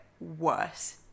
worse